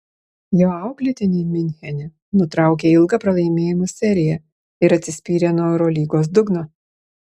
jo auklėtiniai miunchene nutraukė ilgą pralaimėjimų seriją ir atsispyrė nuo eurolygos dugno